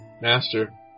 Master